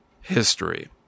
history